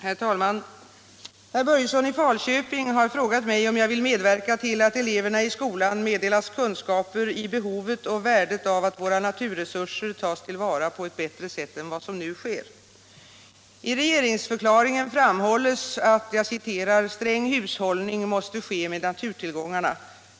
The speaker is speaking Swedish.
Herr talman! Herr Börjesson i Falköping har frågat mig om jag vill medverka till att eleverna i skolan meddelas kunskaper i behovet och värdet av att våra naturresurser tas till vara på ett bättre sätt än vad som nu sker. I regeringsförklaringen framhålles: ”Sträng hushållning måste ske med naturtillgångarna.